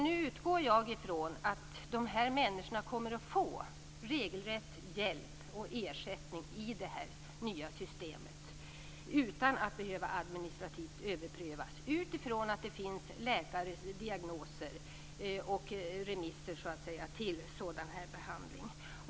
Nu utgår jag ifrån att dessa människor kommer att få regelrätt hjälp och ersättning i det nya systemet utan att behöva överprövas administrativt om läkare har ställt diagnos och skrivit remisser till sådan behandling.